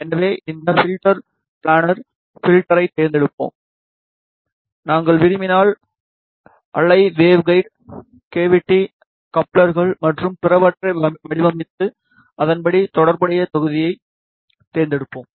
எனவே இந்த filter planar ஃப்ல்டரை தேர்ந்தெடுப்போம் நாங்கள் விரும்பினால் அலை வேவ்ஹைட் கவிடி கப்ளர்கள் மற்றும் பிறவற்றை வடிவமைத்து அதன்படி தொடர்புடைய தொகுதியைத் தேர்ந்தெடுப்போம்